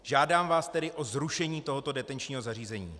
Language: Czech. Žádám vás tedy o zrušení tohoto detenčního zařízení.